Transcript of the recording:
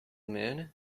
moon